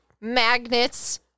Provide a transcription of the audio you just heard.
magnets